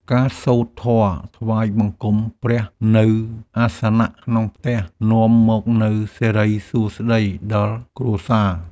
ការសូត្រធម៌ថ្វាយបង្គំព្រះនៅអាសនៈក្នុងផ្ទះ នាំមកនូវសិរីសួស្តីដល់គ្រួសារ។